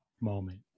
moment